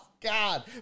God